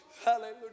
Hallelujah